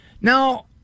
Now